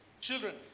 Children